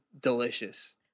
delicious